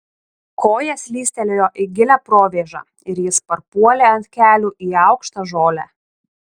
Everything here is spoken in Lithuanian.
koja slystelėjo į gilią provėžą ir jis parpuolė ant kelių į aukštą žolę